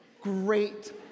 Great